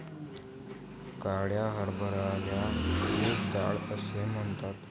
काळ्या हरभऱ्याला उडीद डाळ असेही म्हणतात